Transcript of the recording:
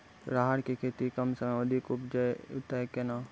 राहर की खेती कम समय मे अधिक उपजे तय केना?